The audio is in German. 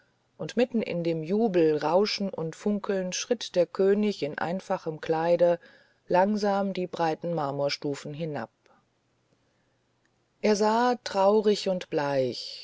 und mitten in dem jubel rauschen und funkeln schritt der könig in einfachem kleide langsam die breiten marmorstufen hinab er sah traurig und bleich